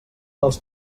dels